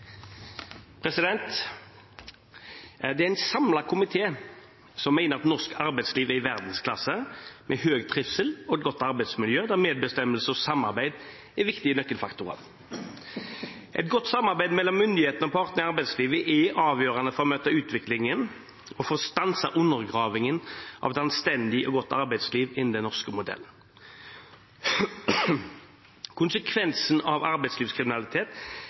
i verdensklasse, med høy trivsel og et godt arbeidsmiljø der medbestemmelse og samarbeid er viktige nøkkelfaktorer. Et godt samarbeid mellom myndighetene og partene i arbeidslivet er avgjørende for å møte utviklingen og få stanset undergravingen av et anstendig og godt arbeidsliv innenfor den norske modellen. Konsekvensen av arbeidslivskriminalitet